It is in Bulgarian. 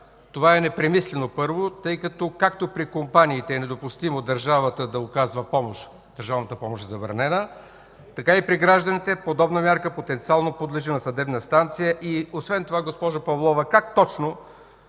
това е непремислено, първо. Както при компаниите е недопустимо държавата да оказва помощ, държавната помощ е забранена, така и при гражданите подобна мярка потенциално подлежи на съдебна инстанция. Освен това, госпожо Павлова, как точно